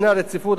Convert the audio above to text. קובע כיום